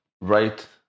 right